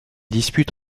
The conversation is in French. dispute